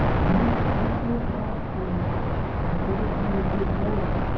and this this little house is is over a hundred years old,